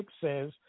says